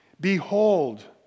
Behold